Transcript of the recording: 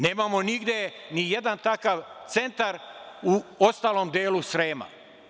Nemamo nigde nijedan takav centar u ostalom delu Srema.